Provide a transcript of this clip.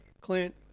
Clint